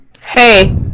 Hey